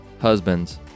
husbands